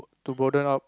to broaden out